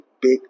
big